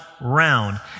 round